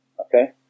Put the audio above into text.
Okay